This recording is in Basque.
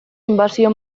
inbasio